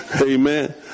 Amen